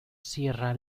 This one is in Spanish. sierra